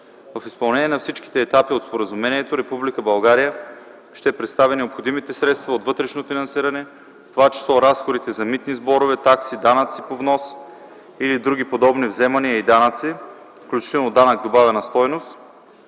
В изпълнение на всичките етапи от споразумението, Република България ще представи необходимите средства от вътрешно финансиране, в това число разходите за митни сборове, такси, данъци по внос и други подобни вземания и данъци, включително данък добавена стойност,